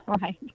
Right